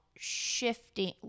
shifting